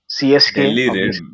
CSK